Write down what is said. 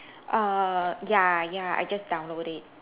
err ya ya I just download it